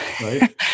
Right